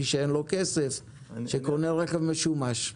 זה מי שאין לו כסף והוא קונה רכב משומש.